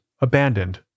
abandoned